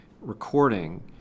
recording